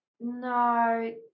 no